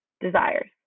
desires